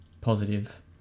positive